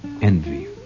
Envy